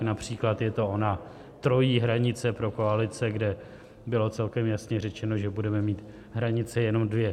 Například je to ona trojí hranice pro koalice, kde bylo celkem jasně řečeno, že budeme mít hranice jenom dvě.